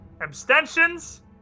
abstentions